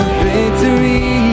victory